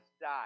died